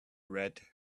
red